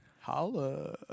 holla